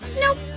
Nope